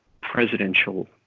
presidential